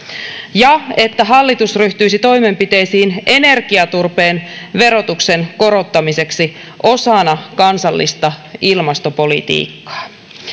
ja että hallitus ryhtyisi toimenpiteisiin energiaturpeen verotuksen korottamiseksi osana kansallista ilmastopolitiikkaa